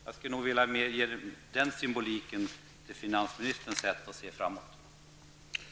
Jag skulle nog vilja symbolisera finansministerns sätt att se framåt på det sättet.